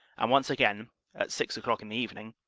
and once again, at six o'clock in the evening,